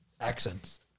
Accents